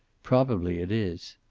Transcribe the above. probably it is.